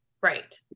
right